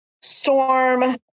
storm